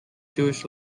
jewish